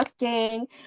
looking